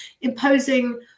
imposing